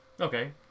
Okay